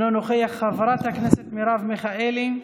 אינו נוכח, חברת הכנסת מרב מיכאלי,